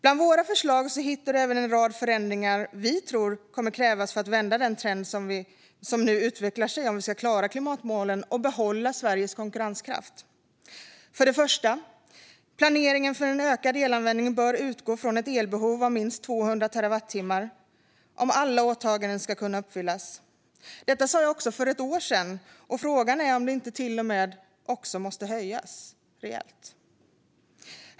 Bland våra förslag hittar du även en rad förändringar som vi tror kommer att krävas för att vända den trend som nu utvecklar sig om vi ska klara klimatmålen och behålla Sveriges konkurrenskraft. För det första: Planeringen för ökad elanvändning bör utgå från ett elbehov om minst 200 terawattimmar om alla åtaganden ska kunna uppfyllas. Detta sa jag också för ett år sedan, och frågan är om siffran inte till och med måste höjas rejält.